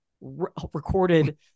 recorded